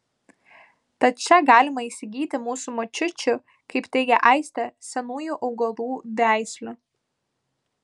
tad čia galima įsigyti mūsų močiučių kaip teigia aistė senųjų augalų veislių